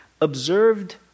observed